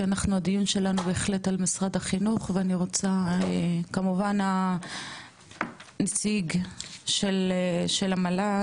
כי הדיון שלנו בהחלט על משרד החינוך ואני רוצה כמובן הנציג של המל"ג,